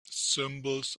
symbols